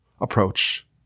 approach